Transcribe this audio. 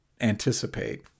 anticipate